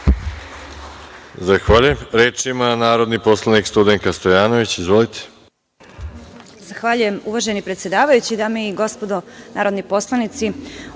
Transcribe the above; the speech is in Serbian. Zahvaljujem. Reč ima narodni poslanik Studenka Stojanović. Izvolite.